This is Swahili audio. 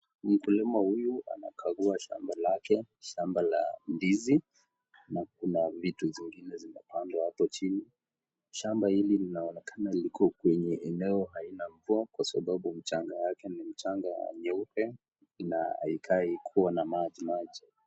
Mkulima huyu anakangua shamba lake, shamba la ndizi na kuna vitu zingine zimepandwa hapo chini. Shamba hili linaonekana likuwa eneo hakuna mvua kwa sababu mchanga wake ni mchanga nyeupe haikai kuwa na maji maji.